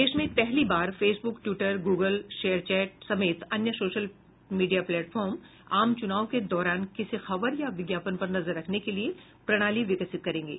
देश में पहली बार फेसबुक ट्यूटर गूगल और शेयरचैट समेत अन्य सोशल मीडिया प्लेटफार्म आम चुनाव के दौरान किसी खबर या विज्ञापन पर नजर रखने के लिए प्रणाली विकसित करेंगे